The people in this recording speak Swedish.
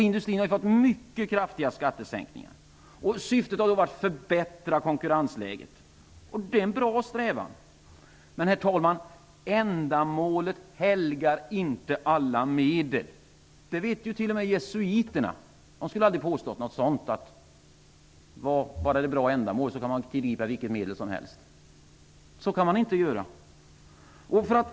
Industrin har fått mycket kraftiga skattesänkningar. Syftet har varit att förbättra konkurrensläget. Det är en bra strävan, men ändamålet helgar inte alla medel. Det vet t.o.m. jesuiterna. De skulle aldrig påstå att man kan tillgripa vilka medel som helst bara det gäller ett bra ändamål.